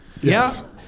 Yes